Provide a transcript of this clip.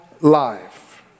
life